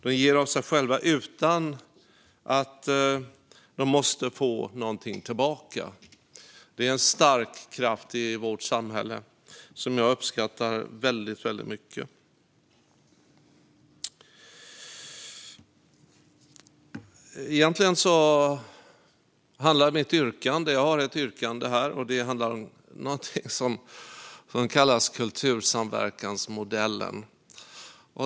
De ger av sig själva utan att de måste få någonting tillbaka. Det är en stark kraft i vårt samhälle, som jag uppskattar väldigt mycket. Jag har ett yrkande här. Det handlar om någonting som kallas kultursamverkansmodellen.